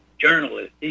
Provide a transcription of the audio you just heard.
journalist